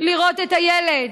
לראות את הילד.